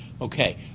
Okay